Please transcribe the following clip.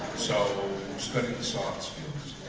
so student the soft skills